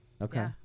Okay